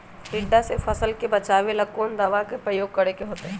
टिड्डा से फसल के बचावेला कौन दावा के प्रयोग करके होतै?